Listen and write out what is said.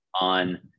on